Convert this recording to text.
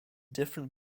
different